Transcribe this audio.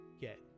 get